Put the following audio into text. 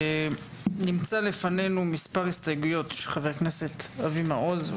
נמצאות לפנינו מספר הסתייגויות של חבר הכנסת אבי מעוז.